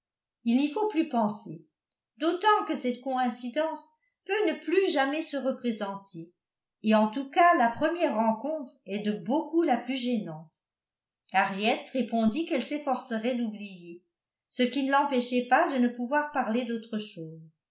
il n'y faut plus penser d'autant que cette coïncidence peut ne plus jamais se représenter et en tout cas la première rencontre est de beaucoup la plus gênante harriet répondit qu'elle s'efforcerait d'oublier ce qui ne l'empêcha pas de ne pouvoir parler d'autre chose